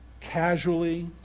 casually